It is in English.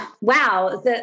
wow